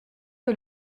que